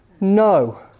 No